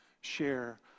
share